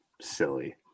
silly